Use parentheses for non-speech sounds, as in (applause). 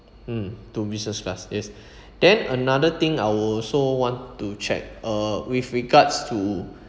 mm to business class yes (breath) then another thing I would also want to check uh with regards to